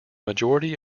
majority